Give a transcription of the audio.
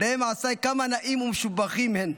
'ראה מעשי כמה נאים ומשובחין הן,